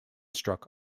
struck